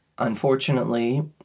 Unfortunately